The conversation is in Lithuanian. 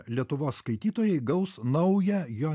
lietuvos skaitytojai gaus naują jo